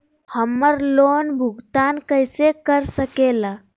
हम्मर लोन भुगतान कैसे कर सके ला?